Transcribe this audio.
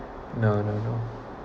no no no